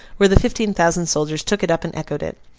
where the fifteen thousand soldiers took it up and echoed it.